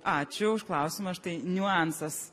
ačiū už klausimą štai niuansas